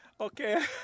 Okay